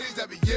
that be